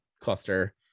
cluster